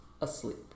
asleep